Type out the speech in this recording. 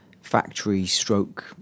factory-stroke